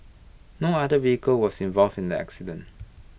no other vehicle was involved in the accident